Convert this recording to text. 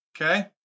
Okay